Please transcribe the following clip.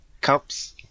cups